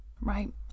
right